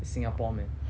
it's singapore man